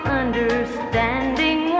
understanding